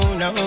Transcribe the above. no